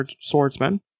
swordsman